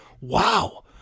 wow